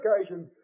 occasions